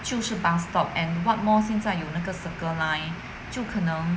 就是 bus stop and what more 现在有那个 circle line 就可能